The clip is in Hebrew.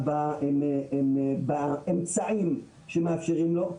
באמצעים שמאפשרים לו,